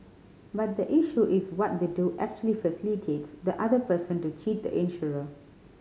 but the issue is what they do actually facilitates the other person to cheat the insurer